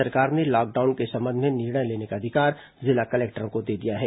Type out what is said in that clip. राज्य सरकार ने लॉकडाउन के संबंध में निर्णय लेने का अधिकार जिला कलेक्टरों को दे दिया है